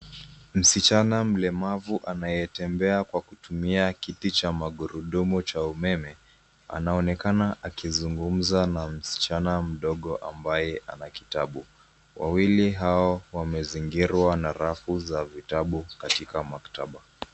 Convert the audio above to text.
Msichana mlemavu anayetembea kwa kutumia kiti cha magurudumu cha umeme anaonekana akizungumza na msichana mdogo ambaye ana kitabu. Wawili hao wamezingirwa na rafu za vitabu katika maktaba.